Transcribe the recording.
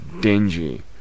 dingy